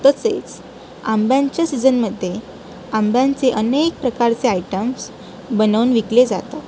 तसेच आंब्यांच्या सीजनमध्ये आंब्यांचे अनेक प्रकारचे आयटम्स बनवून विकले जातात